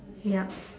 ya